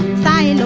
five